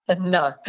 No